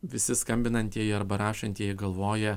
visi skambinantieji arba rašantieji galvoja